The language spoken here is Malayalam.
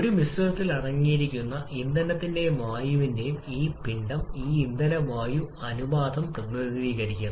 ഒരു മിശ്രിതത്തിൽ അടങ്ങിയിരിക്കുന്ന ഇന്ധനത്തിന്റെയും വായുവിന്റെയും ഈ പിണ്ഡം ഈ ഇന്ധന വായു അനുപാതം പ്രതിനിധീകരിക്കുന്നു